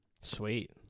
Sweet